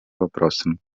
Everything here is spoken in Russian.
вопросам